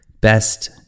best